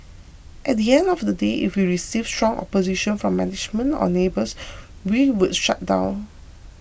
at the end of the day if we received strong opposition from management or neighbours we would shut down